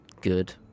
good